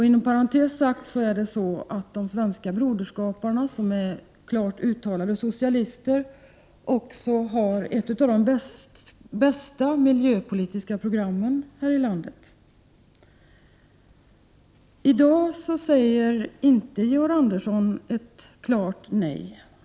Inom parentes sagt har de svenska broderskaparna, som är klart uttalade socialister, också ett av de bästa miljöpolitiska programmen här i landet. I dag säger inte Georg Andersson ett klart nej.